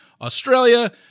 Australia